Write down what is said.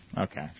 Okay